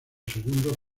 segundo